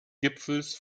gipfels